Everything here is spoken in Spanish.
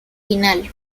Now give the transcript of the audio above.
final